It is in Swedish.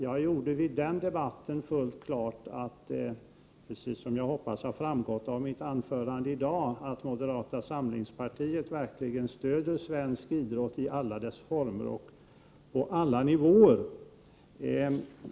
Jag gjorde i den debatten fullt klart, precis som jag hoppas har framgått av mitt anförande i dag, att moderata samlingspartiet verkligen stöder svensk idrott i alla dess former och på alla nivåer.